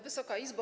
Wysoka Izbo!